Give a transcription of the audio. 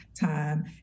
time